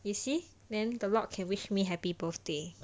is it then the god can wish my happy birthday